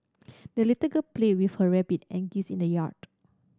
the little girl played with her rabbit and geese in the yard